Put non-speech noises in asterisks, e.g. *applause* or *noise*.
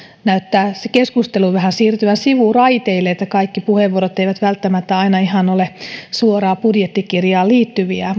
näyttää keskustelu vähän siirtyvän sivuraiteille kaikki puheenvuorot eivät välttämättä ole aina ihan suoraan budjettikirjaan liittyviä *unintelligible*